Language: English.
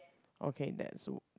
okay that's w~